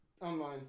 online